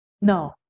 No